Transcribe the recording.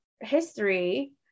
history